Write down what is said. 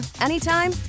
anytime